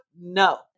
No